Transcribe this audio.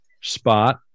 spot